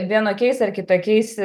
vienokiais ar kitokiais